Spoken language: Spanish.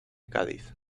cádiz